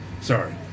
Sorry